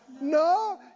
no